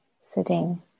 sitting